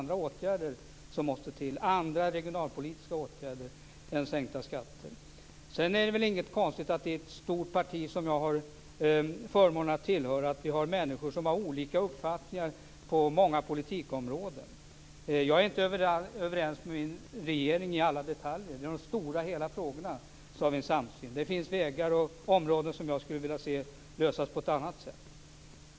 Där är det helt andra regionalpolitiska åtgärder än sänkta skatter som måste till. Sedan är det väl inget konstigt att vi i ett stort parti som jag har förmånen att tillhöra har olika uppfattningar på många politikområden. Jag är inte överens med min regering i alla detaljer. Men i de stora hela frågorna har vi en samsyn. Det finns olika vägar och frågor på olika områden som jag skulle vilja se lösas på ett annat sätt.